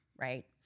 Right